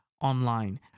online